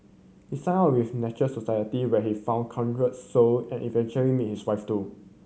he signed up with Nature Society where he found kindred soul and eventually meet his wife too